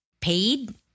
paid